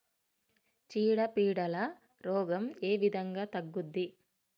చీడ పీడల రోగం ఏ విధంగా తగ్గుద్ది?